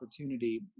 opportunity